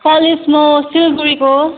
college म सिलगढीको